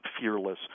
Fearless